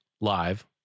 live